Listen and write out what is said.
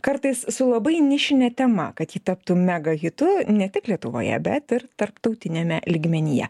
kartais su labai nišinė tema kad ji taptų megahitu ne tik lietuvoje bet ir tarptautiniame lygmenyje